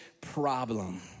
problem